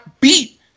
beat